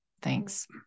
Thanks